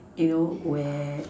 you know where